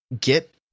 get